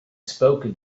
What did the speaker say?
spoken